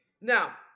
Now